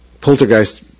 poltergeist